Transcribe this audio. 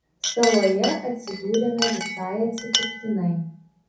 saloje atsidūrėme visai atsitiktinai